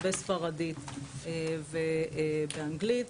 בספרדית ובאנגלית.